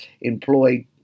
employed